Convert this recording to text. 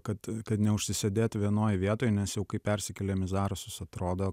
kad kad neužsisėdėt vienoj vietoj nes jau kai persikėlėm į zarasus atrodo